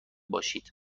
باشید